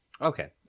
okay